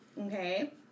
okay